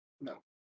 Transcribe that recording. No